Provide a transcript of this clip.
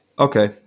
Okay